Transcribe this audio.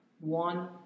One